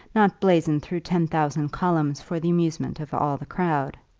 not blazoned through ten thousand columns for the amusement of all the crowd.